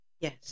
Yes